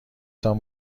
تان